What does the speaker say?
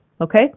okay